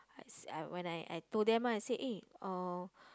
I said when I I told them ah I say uh